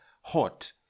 hot